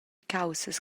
caussas